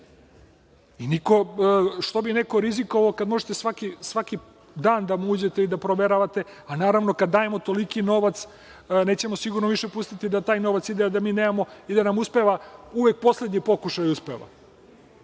Što bi neko rizikovao kad možete svaki dan da uđete i da proveravate, a naravno, kada dajemo toliki novac nećemo sigurno više pustiti da taj novac ide, a da mi nemamo i da nam uspeva uvek poslednji pokušaj.